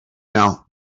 now